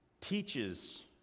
Teaches